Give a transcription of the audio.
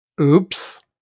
Oops